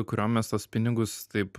kuriom mes tuos pinigus taip